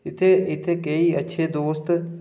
इत्थै इत्थै केईं अच्छे दोस्त